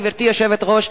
גברתי היושבת-ראש,